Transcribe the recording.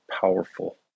powerful